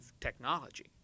technology